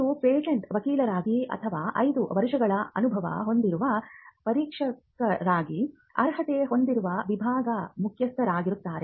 ಇದು ಪೇಟೆಂಟ್ ವಕೀಲರಾಗಿ ಅಥವಾ 5 ವರ್ಷಗಳ ಅನುಭವ ಹೊಂದಿರುವ ಪರೀಕ್ಷಕರಾಗಿ ಅರ್ಹತೆ ಹೊಂದಿರುವ ವಿಭಾಗದ ಮುಖ್ಯಸ್ಥರಾಗಿರುತ್ತಾರೆ